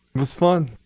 was fun.